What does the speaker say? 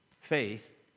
faith